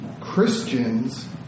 Christians